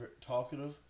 talkative